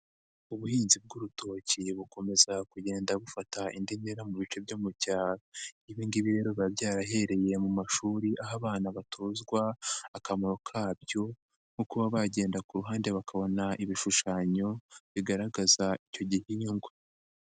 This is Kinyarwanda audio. Ubuhinzi bw'urutoki bukomeza kugenda bufata indi ntera mu bice byo mu cyaro ibi ngibi rero biba byarahereye mu mashuri, aho abana batozwa akamaro ka byo nko kuba bagenda ku ruhande bakabona ibishushanyo bigaragaza icyo gihingwa.